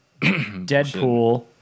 Deadpool